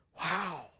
Wow